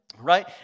right